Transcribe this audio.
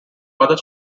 other